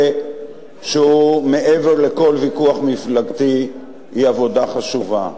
שהוא מעבר לכל ויכוח מפלגתי היא עבודה חשובה.